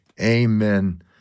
Amen